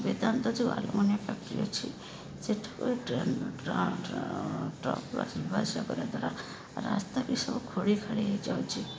ବେଦାନ୍ତ ଯେଉଁ aluminium factory ଅଛି ସେଠାକୁ ଟ୍ରେନ ଟ୍ର ଟ୍ର ଟ୍ରକ ଦ୍ୱାରା ଯିବା ଆସିବା କରିବା ଦ୍ୱାରା ରାସ୍ତା ବି ସବୁ ଖୋଳି ଖାଳି ହେଇଯାଉଛି